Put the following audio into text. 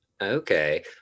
okay